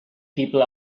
people